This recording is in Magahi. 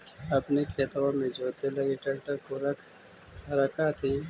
अपने खेतबा मे जोते लगी ट्रेक्टर तो रख होथिन?